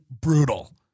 brutal